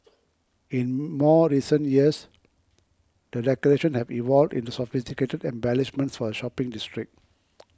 in more recent years the decorations have evolved into sophisticated embellishments for the shopping district